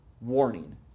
Warning